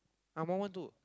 I'm one one two